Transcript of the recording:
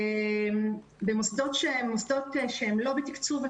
מוסדות שלא בתקצוב ות"ת,